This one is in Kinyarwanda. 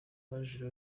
baje